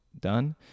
done